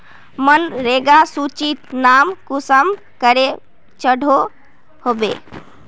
मनरेगा सूचित नाम कुंसम करे चढ़ो होबे?